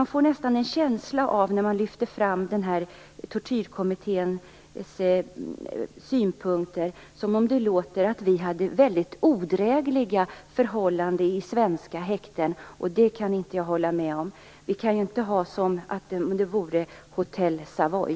När man lyfter fram tortyrkommitténs synpunkter får man nästan en känsla av att vi skulle ha väldigt odrägliga förhållanden i svenska häkten. Det kan jag inte hålla med om. Det kan ju inte vara som på Hotell Savoy.